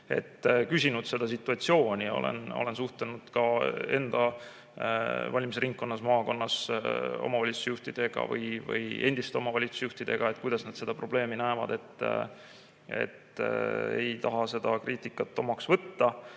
küsinud selle situatsiooni kohta. Olen suhelnud ka enda valimisringkonnas, maakonnas omavalitsusjuhtidega või endiste omavalitsusjuhtidega [ja uurinud], kuidas nad seda probleemi näevad. Nii et ei taha seda kriitikat omaks võtta. Kui